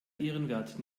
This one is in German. ehrenwert